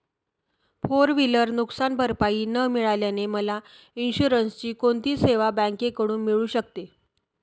Four wheeler नुकसानभरपाई न मिळाल्याने मला इन्शुरन्सची कोणती सेवा बँकेकडून मिळू शकते?